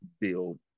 build